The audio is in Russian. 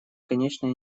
конечно